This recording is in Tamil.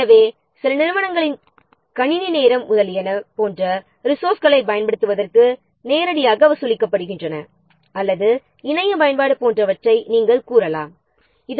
எனவே சில நிறுவனங்களில் கணினி நேரம் போன்ற ரிசோர்ஸகளைப் பயன்படுத்துவதற்கு நேரடியாக வசூலிக்கப்படுகின்றன அல்லது இணைய பயன்பாடு போன்றவற்றை பயன்படுத்துவதற்கு நேரடியாக வசூலிக்கப்படுகின்றன